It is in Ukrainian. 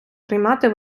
приймати